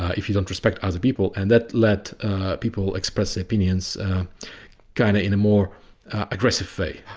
ah if you don't respect other people. and that let people express opinions kinda in a more aggressive way.